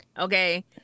Okay